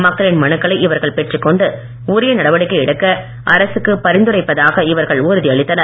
மக்களின் மனுக்களை இவர்கள் பெற்றுக்கொண்டு உரிய நடவடிக்கை எடுக்க அரசுக்கு பரிந்துரைப்பதாக இவர்கள் உறுதியளித்தனர்